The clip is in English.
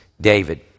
David